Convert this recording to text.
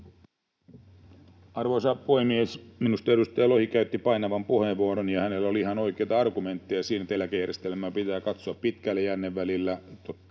Arvoisa puhemies! Minusta edustaja Lohi käytti painavan puheenvuoron ja hänellä oli ihan oikeita argumentteja siinä, että eläkejärjestelmää pitää katsoa pitkällä jännevälillä.